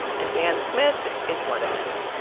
and dan smith is one of them.